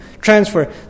transfer